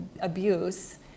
abuse